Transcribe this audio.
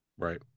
right